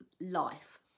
life